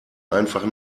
einfach